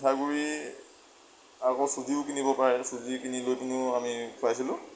পিঠাগুড়ি আকৌ চুজিও কিনিব পাৰে চুজি কিনি লৈ পেলাইয়ো আমি খুৱাইছিলো